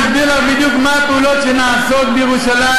אני מסביר לך בדיוק מה הפעולות שנעשות בירושלים,